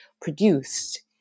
produced